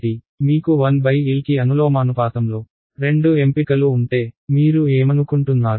మీకు 1L కి అనులోమానుపాతంలో రెండు ఎంపికలు ఉంటే మీరు ఏమనుకుంటున్నారు